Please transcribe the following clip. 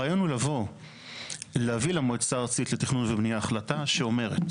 הרעיון הוא לבוא ולהביא למועצה הארצית לתכנון ובנייה החלט שאומרת